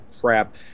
crap